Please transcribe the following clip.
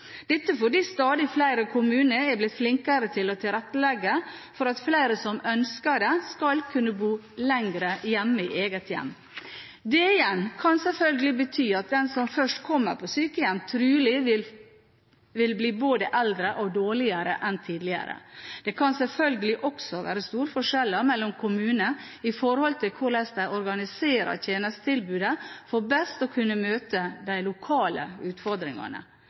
dette fordi stadig flere kommuner er blitt flinkere til å tilrettelegge for at flere som ønsker det, skal kunne bo lenger hjemme i eget hjem. Det igjen kan sjølsagt bety at den som først kommer på sykehjem, trolig vil være både eldre og dårligere enn tidligere. Det kan sjølsagt også være store forskjeller kommuner imellom med hensyn til hvordan de organiserer tjenestetilbudet for best å kunne møte de lokale utfordringene.